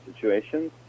situations